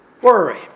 Worry